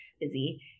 busy